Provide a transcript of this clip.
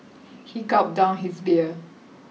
he gulped down his beer